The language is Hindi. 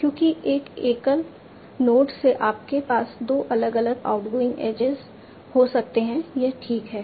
क्योंकि एक एकल नोड से आपके पास 2 अलग अलग आउटगोइंग एजेज हो सकते हैं यह ठीक है